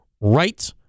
Right